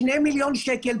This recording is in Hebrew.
שני מיליון שקל,